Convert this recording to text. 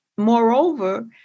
Moreover